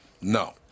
No